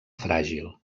fràgil